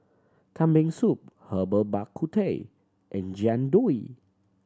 Kambing Soup Herbal Bak Ku Teh and Jian Dui